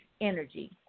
energy